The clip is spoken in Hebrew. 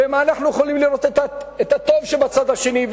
במה אנחנו יכולים לראות את הטוב שבצד השני,